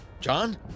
John